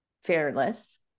Fearless